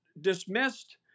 dismissed